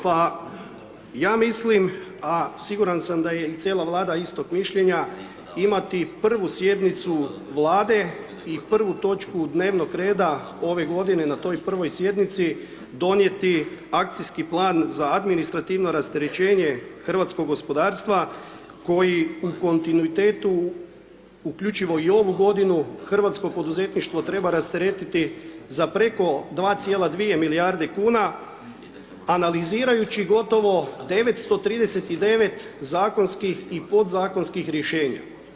Pa ja mislim a siguran sam da je i cijel Vlada istog mišljenja, imati prvu sjednicu Vlade i prvu točku dnevnog reda ove godine na toj prvoj sjednici, donijeti akcijski plan za administrativno rasterećenje hrvatskog gospodarstva koji u kontinuitetu uključivo i ovu godinu, hrvatsko poduzetništvo treba rasteretiti za preko 2,2 milijarde kuna analizirajući gotovo 939 zakonskih i podzakonskih rješenja.